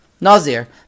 Nazir